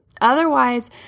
Otherwise